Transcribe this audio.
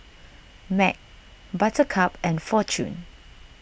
Mac Buttercup and fortune